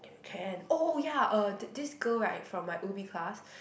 k~ can oh oh ya uh this this girl right from my Ubi class